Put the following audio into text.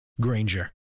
Granger